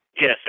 Yes